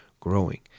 growing